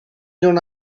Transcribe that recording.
non